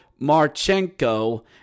Marchenko